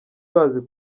bazi